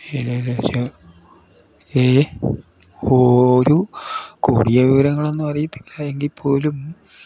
വിവരങ്ങളൊന്നും അറിയത്തില്ല എങ്കിൽ പോലും